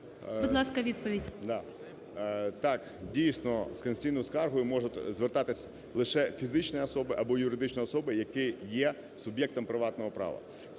АЛЄКСЄЄВ С.О. Так, дійсно, з конституційною скаргою можуть звертатись лише фізичні особи або юридичні особи, які є суб'єктом приватного права.